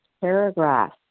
paragraph